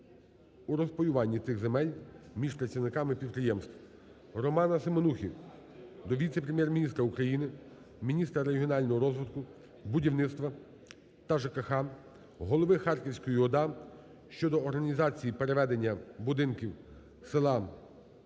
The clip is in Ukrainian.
у розпаюванні цих земель між працівниками підприємства. Романа Семенухи до віце-прем'єр-міністра України - міністра регіонального розвитку, будівництва та ЖКГ, голови Харківської ОДА щодо організації переведення будинків села